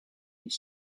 his